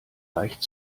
leicht